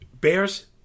Bears